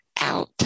out